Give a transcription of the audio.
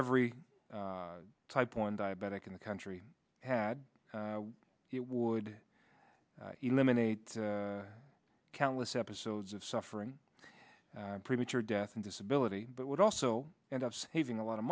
every type one diabetic in the country had it would eliminate countless episodes of suffering premature death and disability but would also end up saving a lot of